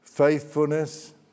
faithfulness